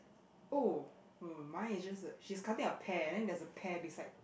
oh uh mine is just a she's cutting a pear and then there's a pear beside